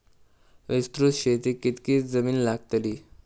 विस्तृत शेतीक कितकी जमीन लागतली?